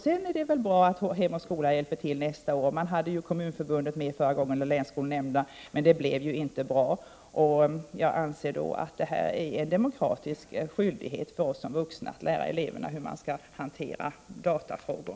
Det är väl bra att Hem och skola hjälper till nästa år. Förra gången medverkade kommunförbundet och länsskolnämnderna, men det blev ändå inte bra. Det är en demokratisk skyldighet för oss som vuxna att lära eleverna hur man skall hantera datafrågor.